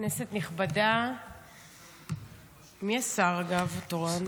כנסת נכבדה, אגב, מי השר התורן?